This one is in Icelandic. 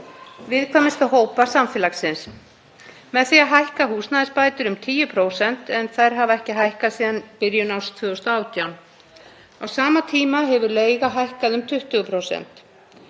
viðkvæmustu hópa samfélagsins með því að hækka húsnæðisbætur um 10% en þær hafa ekki hækkað síðan í byrjun árs 2018. Á sama tíma hefur leiga hækkað um 20%.